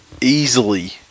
Easily